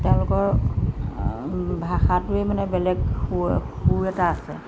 তেওঁলোকৰ ভাষাটোৱে মানে বেলেগ সুৰ সুৰ এটা আছে